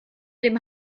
dem